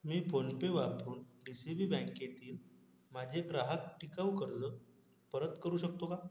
मी PhonePe वापरून D C B बँकेतील माझे ग्राहक टिकाऊ कर्ज परत करू शकतो का